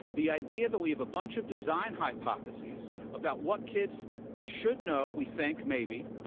the idea that we have a bunch of design hypotheses about what kids should know, we think, maybe,